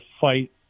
fight